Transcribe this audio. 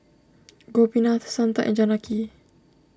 Gopinath Santha and Janaki